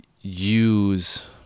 use